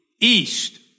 east